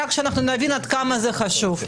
רק שנבין עד כמה זה חשוב.